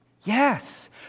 Yes